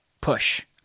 push